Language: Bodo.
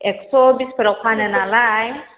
एक्स' बिसफोराव फानो नालाय